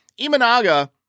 Imanaga